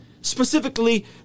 Specifically